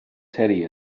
teddy